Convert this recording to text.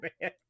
man